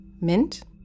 Mint